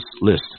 list